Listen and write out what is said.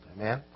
Amen